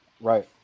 right